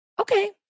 okay